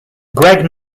greg